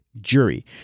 Jury